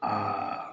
आ